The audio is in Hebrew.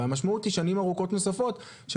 והמשמעות היא שנים ארוכות נוספות של